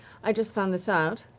i just found this out,